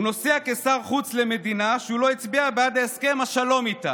הוא נוסע כשר חוץ למדינה שהוא לא הצביע בעד הסכם השלום איתה.